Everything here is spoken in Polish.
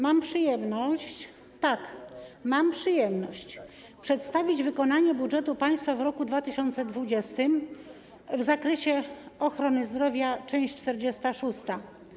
Mam przyjemność - tak, mam przyjemność - przedstawić wykonanie budżetu państwa w roku 2020 w zakresie ochrony zdrowia, część 46.